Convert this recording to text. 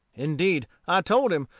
indeed, i told him,